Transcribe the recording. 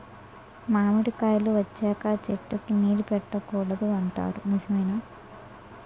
మామిడికాయలు వచ్చాక అ చెట్టుకి నీరు పెట్టకూడదు అంటారు నిజమేనా?